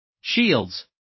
shields